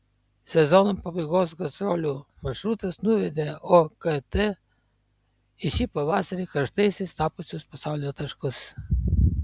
sezono pabaigos gastrolių maršrutas nuvedė okt į šį pavasarį karštaisiais tapusius pasaulio taškus